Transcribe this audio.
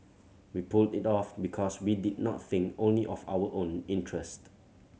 we pulled it off because we did not think only of our own interest